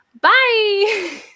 Bye